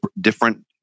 different